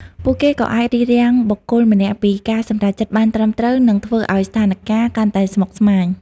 ពួកគេក៏អាចរារាំងបុគ្គលម្នាក់ពីការសម្រេចចិត្តបានត្រឹមត្រូវ និងធ្វើឲ្យស្ថានការណ៍កាន់តែស្មុគស្មាញ។